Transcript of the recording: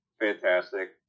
fantastic